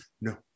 No